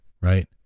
right